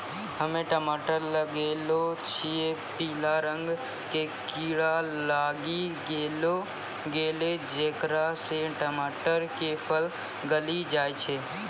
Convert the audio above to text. हम्मे टमाटर लगैलो छियै पीला रंग के कीड़ा लागी गैलै जेकरा से टमाटर के फल गली जाय छै?